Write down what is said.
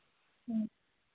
ꯎꯝ